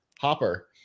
Hopper